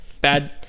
Bad